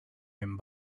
him